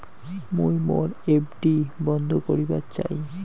মুই মোর এফ.ডি বন্ধ করিবার চাই